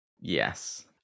Yes